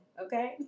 okay